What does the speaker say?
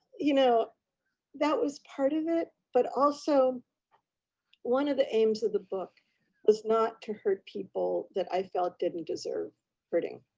you know that was part of it. but also one of the aims of the book was not to hurt people that i felt didn't deserve hurting.